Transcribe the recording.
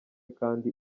kandi